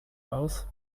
aus